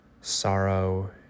sorrow